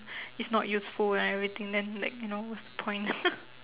is not useful and everything then like you know what's the point